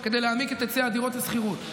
כדי להעמיק את היצע הדירות לשכירות.